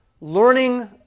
learning